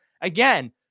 Again